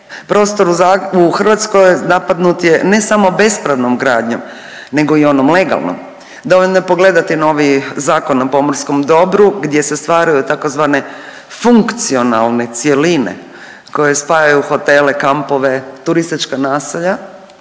prostor u Hrvatskoj napadnut je ne samo bespravnom gradnjom nego i onom legalnom, dovoljno je pogledati novi Zakon o pomorskom dobru gdje se stvaraju tzv. funkcionalne cjeline koje spajaju hotele, kampove, turistička naselja